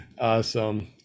Awesome